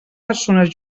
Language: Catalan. persones